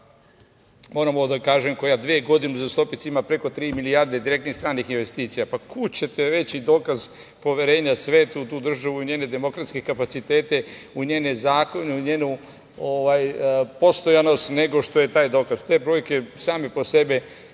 moram ovo da kažem, koja dve godine uzastopce ima preko tri milijarde direktnih stranih investicija. Pa, kud ćete veći dokaz poverenja sveta u tu državu, u njene demokratske kapacitete, u njene zakone, u njenu postojanost, nego što je taj dokaz? Te brojke same po sebi